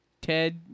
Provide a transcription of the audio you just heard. Ted